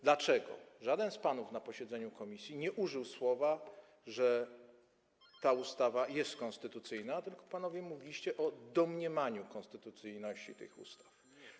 Dlaczego żaden z panów na posiedzeniu komisji nie użył słów, że ta ustawa jest konstytucyjna, tylko panowie mówiliście o domniemaniu konstytucyjności tych ustaw?